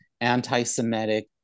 anti-Semitic